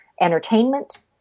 entertainment